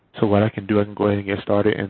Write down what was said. so, what i can do, i can go ahead and get started, and